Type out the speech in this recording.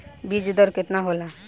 बीज दर केतना होला?